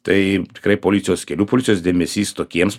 tai tikrai policijos kelių policijos dėmesys tokiems